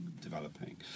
developing